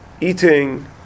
eating